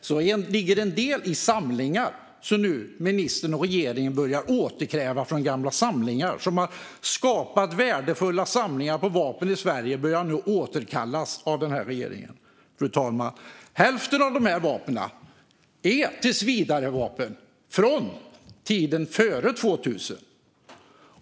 En del av vapnen ligger i gamla samlingar som ministern och regeringen nu börjar återkräva. Värdefulla samlingar som skapats av vapen i Sverige börjar nu återkallas av den här regeringen, fru talman. Hälften av dessa vapen är tillsvidarevapen från tiden före 2000.